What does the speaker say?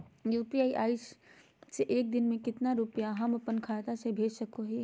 UPI से एक दिन में कितना रुपैया हम अपन खाता से भेज सको हियय?